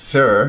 Sir